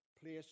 place